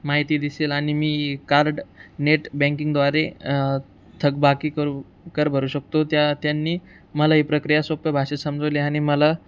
माहिती दिसेल आणि मी कार्ड नेट बँकिंगद्वारे थक बाकी करू कर भरू शकतो त्या त्यांनी मला ही प्रक्रिया सोप्प्या भाषेत समजावले आणि मला